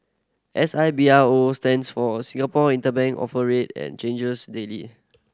S I B R O stands for Singapore Interbank Offer Rate and changes daily